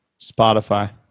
Spotify